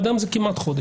עד היום זה כמעט חודש.